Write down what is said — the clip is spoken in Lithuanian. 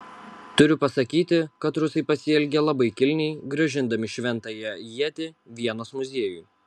turiu pasakyti kad rusai pasielgė labai kilniai grąžindami šventąją ietį vienos muziejui